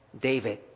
David